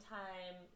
time